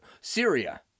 Syria